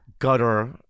Gutter